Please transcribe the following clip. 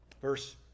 Verse